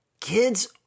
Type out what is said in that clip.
kids